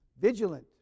Vigilant